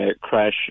crash